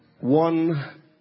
one